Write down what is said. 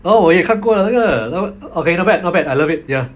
oh 我也看过那个那个 okay not bad not bad I love it ya